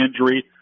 injury